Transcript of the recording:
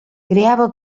creava